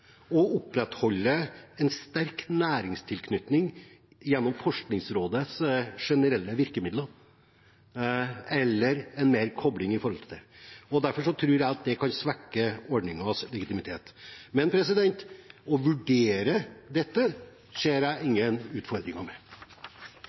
å opprettholde en sterk næringstilknytning gjennom Forskningsrådets generelle virkemidler, eller en kobling til det. Derfor tror jeg det kan svekke ordningens legitimitet. Men å vurdere dette ser jeg